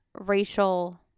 racial